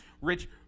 Rich